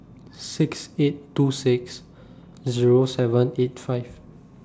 six eight two six Zero seven eight five